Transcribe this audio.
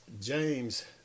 James